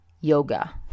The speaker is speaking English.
Yoga